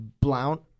Blount